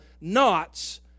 knots